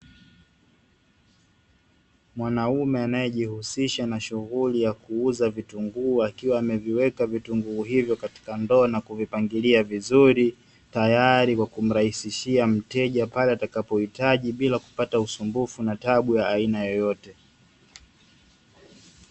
Mwanaume anayejihusisha na shughuli ya kuuza vitunguu akiwa ameviweka vitunguu hivyo katika ndoo na kuvipangilia vizuri, tayari kwa kumrahisishia mteja pale atakapohitaji bila kupata usumbufu na taabu ya aina yeyote.